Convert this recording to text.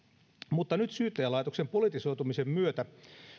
mutta nyt syyttäjälaitoksen politisoitumisen myötä